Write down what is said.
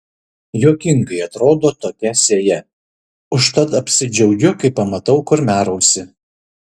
juokingai atrodo tokia sėja užtat apsidžiaugiu kai pamatau kurmiarausį